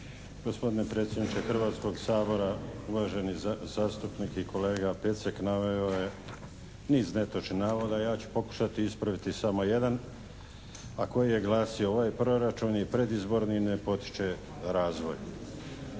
Gospodine predsjedniče Hrvatskog sabora, uvaženi zastupnik i kolega Pecek naveo je niz netočnih navoda. Ja ću pokušati ispraviti samo jedan, a koji je glasio: "ovaj proračun je predizborni, ne potiče razvoj".